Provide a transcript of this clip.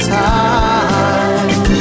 time